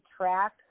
track